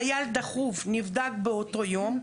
חייל דחוף נבדק באותו יום,